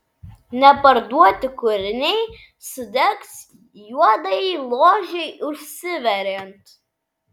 neparduoti kūriniai sudegs juodajai ložei užsiveriant